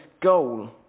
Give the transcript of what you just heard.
goal